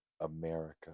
America